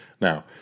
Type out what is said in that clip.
Now